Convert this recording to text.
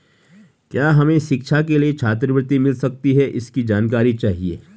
क्या हमें शिक्षा के लिए छात्रवृत्ति मिल सकती है इसकी जानकारी चाहिए?